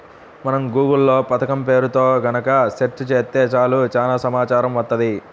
మనం గూగుల్ లో పథకం పేరుతో గనక సెర్చ్ చేత్తే చాలు చానా సమాచారం వత్తది